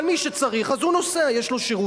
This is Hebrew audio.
אבל מי שצריך, אז הוא נוסע, יש לו שירות.